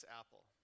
apple